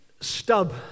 stub